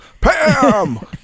Pam